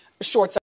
shorts